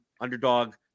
underdog